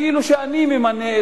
כאילו שאני,